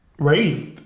raised